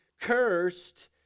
Cursed